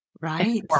right